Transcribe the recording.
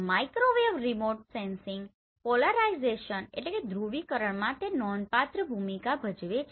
microwave remote sensing પોલારાઇઝેશનPolarizationધ્રુવીકરણમાં તે નોંધપાત્ર ભૂમિકા ભજવે છે